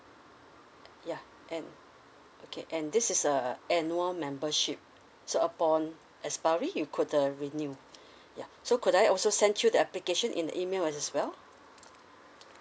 ya and okay and this is a annual membership so upon expiry you could uh renew ya so could I also send you the application in the email as well